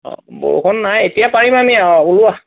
অ বৰষুণ নাই এতিয়া পাৰিবানি ওলোৱা